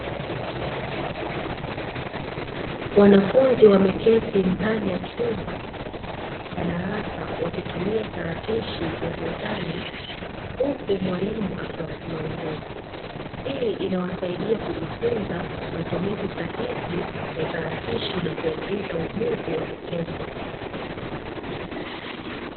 Wanafunzi wameketi ndani ya chumba cha darasa wakitumia tarakishi ya mezani huku mwalimu akiwasimamia, hii inawasaidia kujifunza matumizi sahihi ya tarakishi na kuongeza ujuzi wa vitendo.